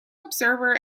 observer